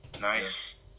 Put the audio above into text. Nice